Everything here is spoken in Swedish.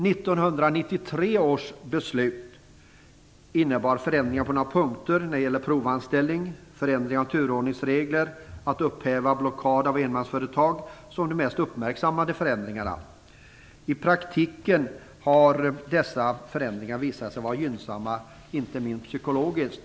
1993 års beslut innebar förändringar på några punkter. De mest uppmärksammade förändringarna gällde provanställningen, turordningsreglerna och ett upphävande av blockader mot enmansföretag. I praktiken har dessa förändringar visat sig vara gynnsamma, inte minst psykologiskt.